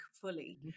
fully